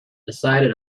decided